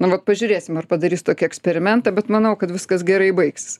nu vat pažiūrėsim ar padarys tokį eksperimentą bet manau kad viskas gerai baigsis